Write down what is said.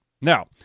Now